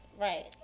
Right